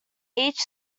each